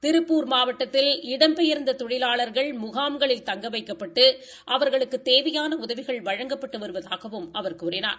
திருப்பூர் மாவட்டத்தில் இடம்பெயர்ந்த தொழிலாளர்கள் முகாம்களில் தங்க வைக்கப்பட்டு அவர்களுக்கு தேவையான உதவிகள் வழங்கப்பட்டு வருவதாகவும் அவர் கூறினார்